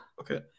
Okay